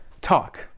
talk